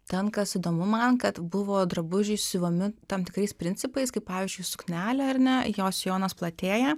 ten kas įdomu man kad buvo drabužiai siuvami tam tikrais principais kaip pavyzdžiui suknelė ar ne jos sijonas platėja